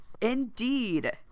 Indeed